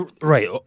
right